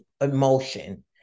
emotion